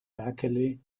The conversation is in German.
berkeley